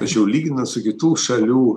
aš jau lyginant su kitų šalių